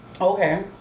Okay